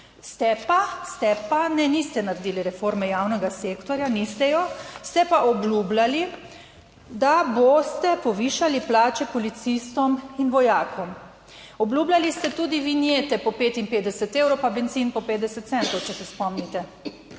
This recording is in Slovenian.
ste pa, ne, niste naredili reforme javnega sektorja, niste jo ste pa obljubljali, da boste povišali plače policistom in vojakom. Obljubljali ste tudi vinjete po 55 evrov pa bencin po 50 centov, če se spomnite.